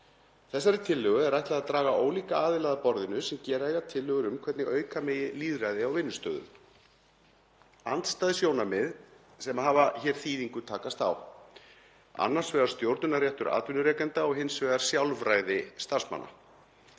Þessari tillögu er ætlað að draga ólíka aðila að borðinu sem gera eiga tillögur um hvernig auka megi lýðræði á vinnustöðum. Andstæð sjónarmið sem hafa hér þýðingu takast á, annars vegar stjórnunarréttur atvinnurekenda og hins vegar sjálfræði starfsmanna.